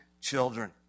children